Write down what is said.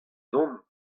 dont